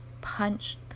punched